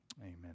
amen